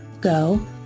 go